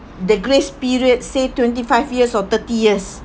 the grace period say twenty five years or thirty years